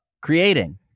creating